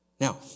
Now